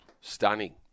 stunning